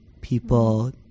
people